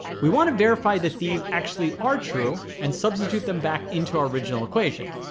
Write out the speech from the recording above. we want to verify that these actually are true and substitute them back into our original equation.